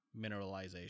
mineralization